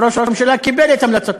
וראש הממשלה קיבל את המלצתו.